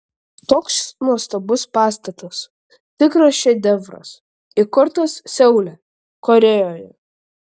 toks nuostabus pastatas tikras šedevras įkurtas seule korėjoje